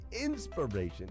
inspiration